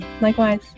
Likewise